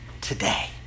today